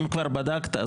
אם כבר בדקת.